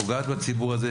פוגעת בציבור הזה,